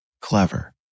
Clever